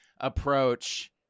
approach